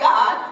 God